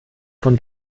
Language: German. von